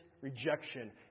rejection